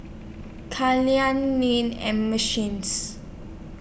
and machines